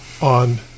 on